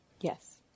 Yes